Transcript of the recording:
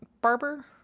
barber